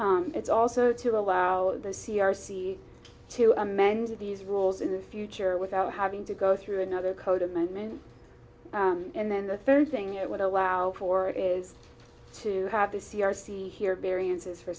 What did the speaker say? design it's also to allow the c r c to amend these rules in the future without having to go through another code amendment and then the third thing it would allow for is to have the c r c here variances for